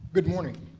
good morning.